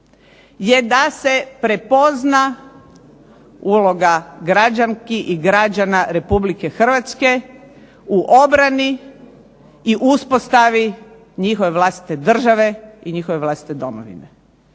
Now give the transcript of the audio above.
je da se prepozna uloga građanki i građana Republike Hrvatske u obrani i uspostavi njihove vlastite države i njihove vlastite domovine.